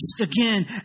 again